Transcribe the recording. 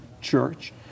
church